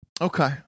Okay